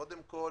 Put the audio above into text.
קודם כל,